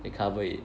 they cover it